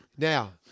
Now